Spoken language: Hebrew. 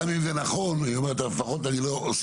גם אם זה נכון, היא אומרת שלפחות אני אוסיף